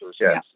Yes